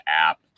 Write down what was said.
app